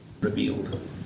revealed